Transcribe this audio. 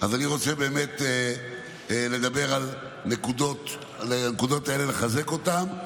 אני רוצה באמת לדבר על הנקודות האלה ולחזק אותן,